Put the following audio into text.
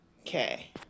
Okay